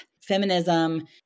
feminism